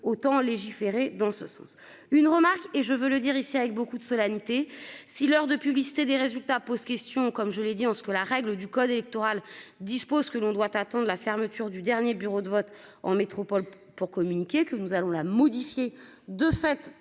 autant légiférer dans ce sens. Une remarque et je veux le dire ici avec beaucoup de solennité. Si l'heure de publicité des résultats pose question comme je l'ai dit en ce que la règle du code électoral dispose que l'on doit attendent la fermeture du dernier bureau de vote en métropole pour communiquer que nous allons la modifier de fait